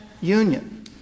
union